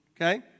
Okay